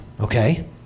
Okay